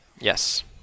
Yes